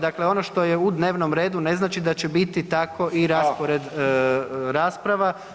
Dakle, ono što je u dnevnom redu ne znači da će biti tako i raspored rasprava…